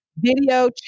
video